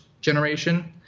generation